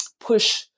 push